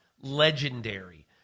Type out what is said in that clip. legendary